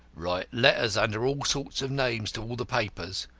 write letters under all sorts of names to all the papers.